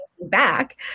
back